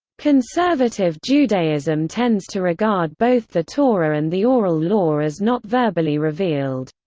conservative judaism tends to regard both the torah and the oral law as not verbally revealed.